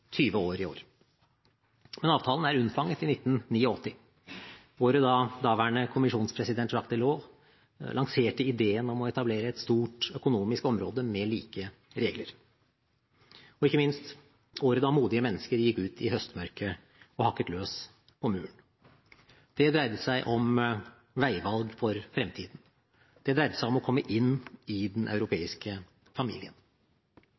20 år i år. Men avtalen er unnfanget i 1989 – året da daværende kommisjonspresident Jacques Delors lanserte ideen om å etablere et stort økonomisk område med like regler, og ikke minst året da modige mennesker gikk ut i høstmørket og hakket løs på muren. Det dreide seg om veivalg for fremtiden. Det dreide seg om å komme inn i den europeiske familien.